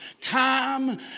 time